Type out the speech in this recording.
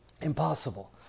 Impossible